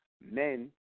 men